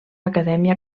acadèmia